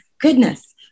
Goodness